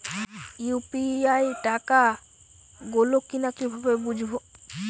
UPI টাকা গোল কিনা কিভাবে বুঝব?